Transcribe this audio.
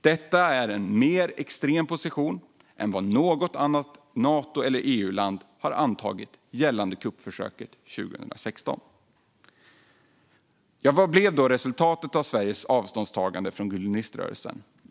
Detta är en mer extrem position än vad något annat Nato eller EU-land antagit gällande kuppförsöket 2016. Vad blev då resultatet av Sveriges avståndstagande från Güleniströrelsen?